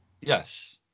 Yes